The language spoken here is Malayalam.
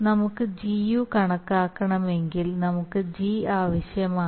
നമുക്ക് Gu കണക്കാക്കണമെങ്കിൽ നമുക്ക് G ആവശ്യമാണ്